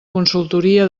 consultoria